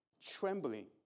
trembling